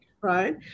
right